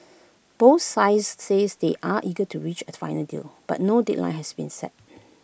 both sides says they are eager to reach A final deal but no deadline has been set